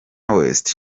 west